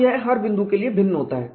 तो यह हर बिंदु के लिए भिन्न होता है